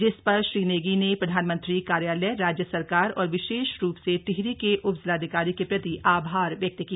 जिस पर श्री नेगी ने प्रधानमंत्री कार्यालय राज्य सरकार और विशेष रूप से टिहरी के उपजिलाधिकारी के प्रति आभार व्यक्त किया